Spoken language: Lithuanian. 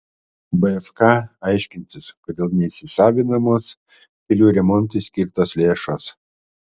bfk aiškinsis kodėl neįsisavinamos kelių remontui skirtos lėšos